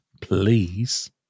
Please